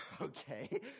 okay